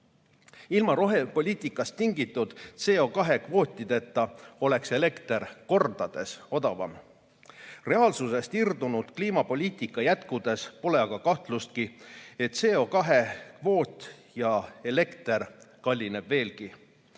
Ilma rohepoliitikast tingitud CO2kvootideta oleks elekter mitu korda odavam. Reaalsusest irdunud kliimapoliitika jätkudes pole aga kahtlustki, et CO2kvoot ja elekter kallineb veelgi.